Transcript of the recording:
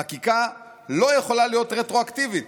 חקיקה לא יכולה להיות רטרואקטיבית,